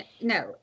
No